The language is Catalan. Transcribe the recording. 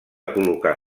col·locar